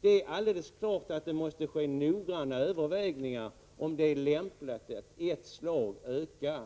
Det är alldeles klart att det måste ske noggranna överväganden om det är lämpligt att i ett slag öka